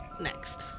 next